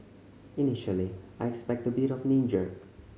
initially I expect a bit of a knee jerk